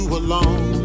alone